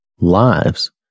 lives